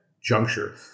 juncture